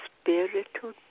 spiritual